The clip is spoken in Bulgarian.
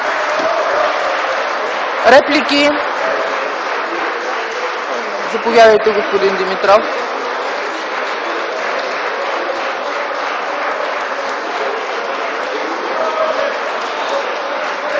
реплики? Заповядайте, господин Димитров.